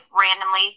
randomly